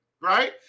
Right